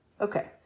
okay